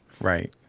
Right